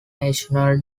national